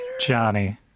Johnny